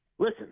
Listen